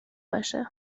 باشه